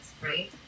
right